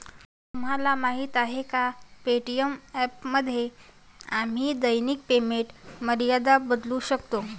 तुम्हाला माहीत आहे का पे.टी.एम ॲपमध्ये आम्ही दैनिक पेमेंट मर्यादा बदलू शकतो?